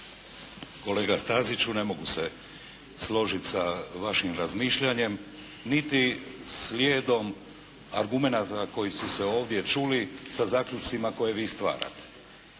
Kolega Staziću ne mogu se složiti sa vašim razmišljanjem, niti slijedom argumenata koji su se ovdje čuli, sa zaključcima koje vi stvarate.